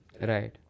Right